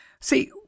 see